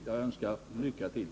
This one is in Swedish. Jag önskar lycka till!